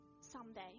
someday